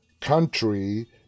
country